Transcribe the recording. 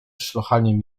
szlochaniem